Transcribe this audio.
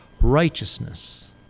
righteousness